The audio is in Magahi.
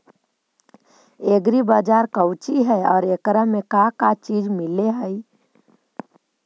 एग्री बाजार कोची हई और एकरा में का का चीज मिलै हई?